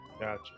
Gotcha